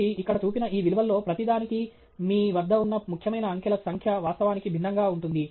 కాబట్టి ఇక్కడ చూపిన ఈ విలువల్లో ప్రతిదానికి మీ వద్ద ఉన్న ముఖ్యమైన అంకెల సంఖ్య వాస్తవానికి భిన్నంగా ఉంటుంది